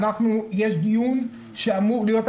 יש דיון שאמור להיות,